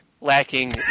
lacking